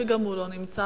שגם הוא לא נמצא,